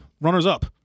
runners-up